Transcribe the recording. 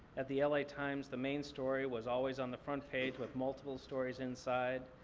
at the la times, the main story was always on the front page with multiple stories inside.